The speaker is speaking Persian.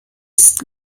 است